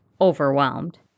overwhelmed